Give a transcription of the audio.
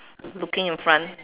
looking in front